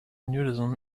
nudism